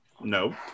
No